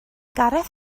gareth